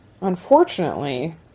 unfortunately